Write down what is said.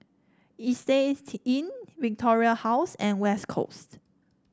Istay Inn Victoria House and West Coast